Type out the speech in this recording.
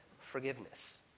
forgiveness